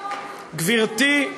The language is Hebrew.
עמונה גברתי,